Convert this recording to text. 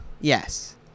Yes